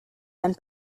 and